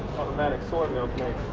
automatic soymilk yeah